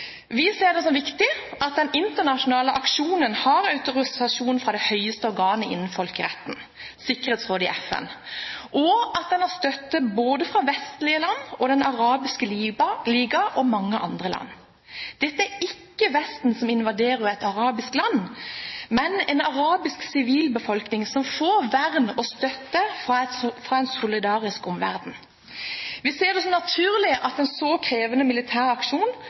Vi ser det som viktig at den internasjonale aksjonen har autorisasjon fra det høyeste organet innen folkeretten, Sikkerhetsrådet i FN, og at den har støtte både fra vestlige land, fra Den arabiske liga og fra mange andre land. Det er ikke Vesten som invaderer et arabisk land, men en arabisk sivilbefolkning som får vern av og støtte fra en solidarisk omverden. Vi ser det som naturlig at en så krevende militær aksjon